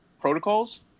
protocols